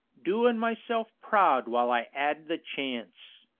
doin' myself proud while i ad the chance.